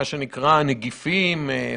מה שנקרא, נגיפים, מגפות,